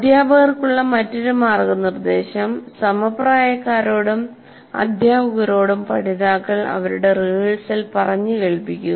അധ്യാപകർക്കുള്ള മറ്റൊരു മാർഗ്ഗനിർദ്ദേശം സമപ്രായക്കാരോടും അധ്യാപകരോടും പഠിതാക്കൾ അവരുടെ റിഹേഴ്സൽ പറഞ്ഞുകേൾപ്പിക്കുക